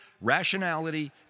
rationality